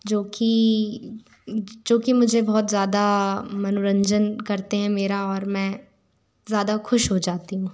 जो कि जो कि मुझे बहुत ज़्यादा मनोरंजन करते हैं मेरा और मैं ज़्यादा खुश हो जाती हूँ